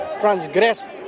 transgressed